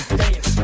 dance